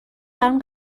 برام